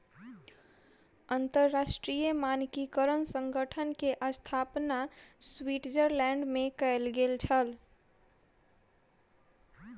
अंतरराष्ट्रीय मानकीकरण संगठन के स्थापना स्विट्ज़रलैंड में कयल गेल छल